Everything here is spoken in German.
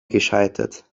gescheitert